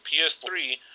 PS3